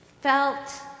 felt